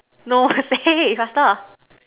no say faster